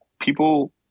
people